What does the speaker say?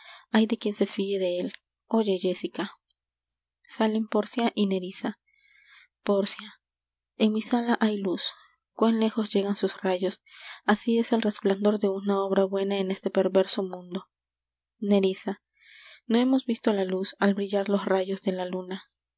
ay de quién se fie de él oye jéssica salen pórcia y nerissa pórcia en mi sala hay luz cuán lejos llegan sus rayos así es el resplandor de una obra buena en este perverso mundo nerissa no hemos visto la luz al brillar los rayos de la luna